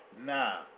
now